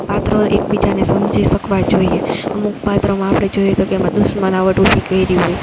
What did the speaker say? પાત્રો એકબીજાને સમજી સકવા જોઈએ અમુક પાત્રોમાં આપડે જોઈએ તો કે એમાં દુશ્મનાવટ ઊભી કયરી હોય